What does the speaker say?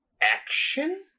Action